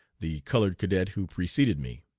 the colored cadet who preceded me.